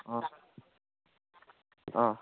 ꯑꯣ ꯑꯥ